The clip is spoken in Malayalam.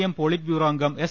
എം പൊളിറ്റ് ബ്യൂറോ അംഗം എസ്